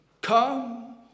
come